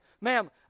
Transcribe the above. Ma'am